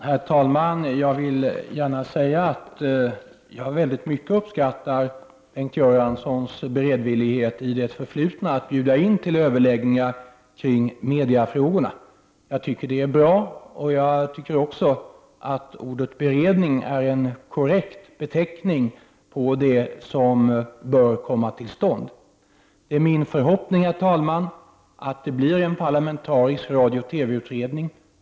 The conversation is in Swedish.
Herr talman! Jag vill gärna säga att jag väldigt mycket uppskattar Bengt Göranssons beredvillighet i det förflutna att bjuda in till överläggningar kring mediefrågorna. Jag menar att ordet ”beredning” är en korrekt beteckning på det som bör komma till stånd. Det är, herr talman, min förhoppning att det i år tillsätts en parlamentarisk radiooch TV-utredning.